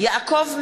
יעקב מרגי,